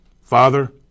father